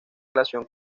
relación